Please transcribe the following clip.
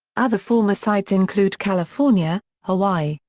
other former sites include california, hawaii,